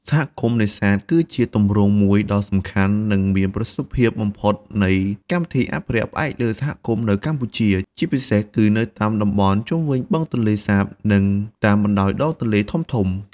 សហគមន៍នេសាទ គឺជាទម្រង់មួយដ៏សំខាន់ និងមានប្រសិទ្ធភាពបំផុតនៃកម្មវិធីអភិរក្សផ្អែកលើសហគមន៍នៅកម្ពុជា ជាពិសេសគឺនៅតាមតំបន់ជុំវិញបឹងទន្លេសាប និងតាមបណ្ដោយដងទន្លេធំៗ។